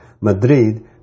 Madrid